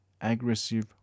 aggressive